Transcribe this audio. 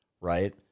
right